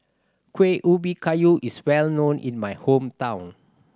Kuih Ubi Kayu is well known in my hometown